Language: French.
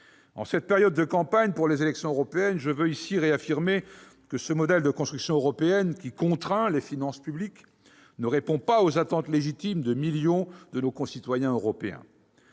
En cette période de campagne pour les élections européennes, je veux ici réaffirmer que ce modèle de construction européenne, contraignant les finances publiques, ne répond pas aux attentes légitimes de millions de nos concitoyens européens.